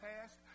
past